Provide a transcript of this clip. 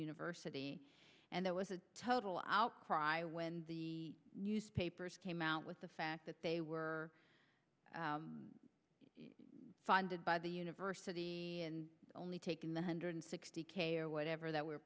university and there was a total outcry when the newspapers came out with the fact that they were funded by the university and only taking one hundred sixty k or whatever that